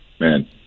man